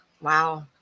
Wow